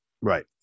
right